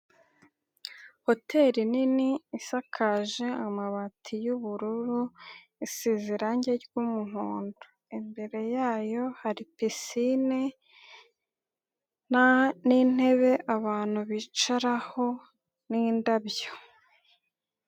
Hoteri nini isakaje amabati y'ubururu isize irangi ry'umuhondo imbere yayo hari pisine n'intebe abantu bicaraho n'indabyo.